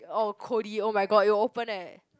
oh Cody oh-my-god you opened leh